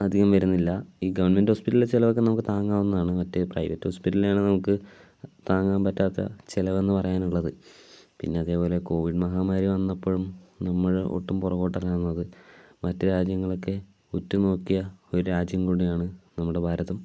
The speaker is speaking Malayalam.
അധികം വരുന്നില്ല ഈ ഗവൺമെൻറ് ഹോസ്പിറ്റലിലെ ചിലവൊക്കെ നമുക്ക് താങ്ങാവുന്നതാണ് മറ്റേ പ്രൈവറ്റ് ഹോസ്പിറ്റലിലെ ആണ് നമുക്ക് താങ്ങാൻ പറ്റാത്ത ചിലവെന്ന് പറയാൻ ഉള്ളത് പിന്നെ അതേപോലെ കോവിഡ് മഹാമാരി വന്നപ്പോഴും നമ്മൾ ഒട്ടും പുറകോട്ടല്ല നിന്നത് മറ്റു രാജ്യങ്ങളൊക്കെ ഉറ്റു നോക്കിയ ഒരു രാജ്യം കൂടിയാണ് നമ്മുടെ ഭാരതം